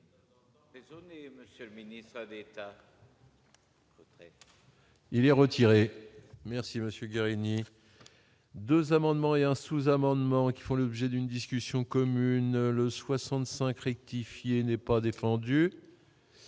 Il est retiré, merci Monsieur Guérini 2 amendements et un sous-amendement qui font l'objet d'une discussion commune le 65 rectifier n'est pas défendu